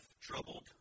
troubled